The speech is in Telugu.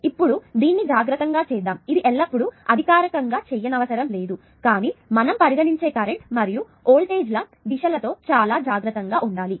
ఇప్పుడు దీన్ని జాగ్రత్తగా చేద్దాము ఇది ఎల్లప్పుడూ అధికారికంగా చేయనవసరం లేదు కానీ మనం పరిగణించే కరెంట్ మరియు వోల్టేజ్ల డైరెక్షన్ లతో చాలా జాగ్రత్తగా ఉండాలి